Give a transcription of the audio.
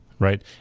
Right